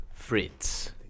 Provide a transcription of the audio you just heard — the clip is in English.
Fritz